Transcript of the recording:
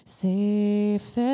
safe